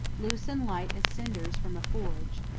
loose and light as cinders from a forge,